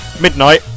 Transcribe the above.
midnight